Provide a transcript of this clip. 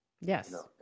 Yes